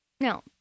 Now